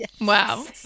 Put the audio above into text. Wow